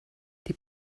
die